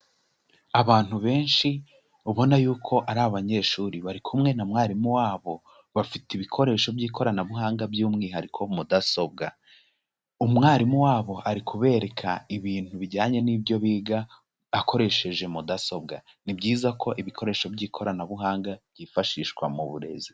Abantu benshi ubona yuko ari abanyeshuri bari kumwe na mwarimu wabo, bafite ibikoresho by'ikoranabuhanga by'umwihariko mudasobwa, umwarimu wabo ari kubereka ibintu bijyanye n'ibyo biga, akoresheje mudasobwa, ni byiza ko ibikoresho by'ikoranabuhanga byifashishwa mu burezi.